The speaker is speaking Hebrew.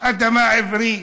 "אדמה עברית",